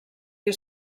que